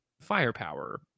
firepower